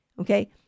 Okay